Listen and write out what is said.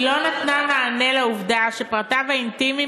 היא לא נתנה מענה על העובדה שפרטיו האינטימיים